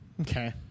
Okay